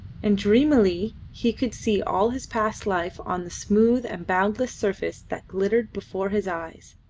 and dreamily he could see all his past life on the smooth and boundless surface that glittered before his eyes.